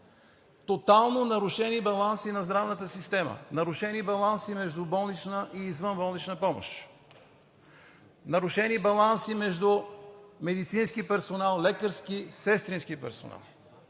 Тотално нарушени баланси на здравната система, нарушени баланси на междуболнична и извънболнична помощ, нарушени баланси между медицински, лекарски и сестрински персонал,